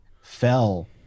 fell